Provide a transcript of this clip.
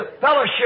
fellowship